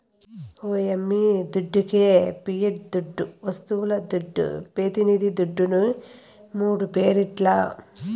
ఓ యమ్మీ దుడ్డికే పియట్ దుడ్డు, వస్తువుల దుడ్డు, పెతినిది దుడ్డుని మూడు పేర్లట